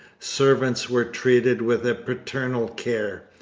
servants were treated with a paternal care.